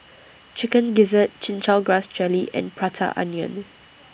Chicken Gizzard Chin Chow Grass Jelly and Prata Onion